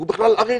והוא בכלל ערירי,